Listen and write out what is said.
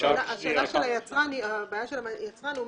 הבעיה של היצרן,